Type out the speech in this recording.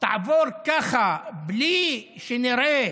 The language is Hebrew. תעבור ככה, בלי שנראה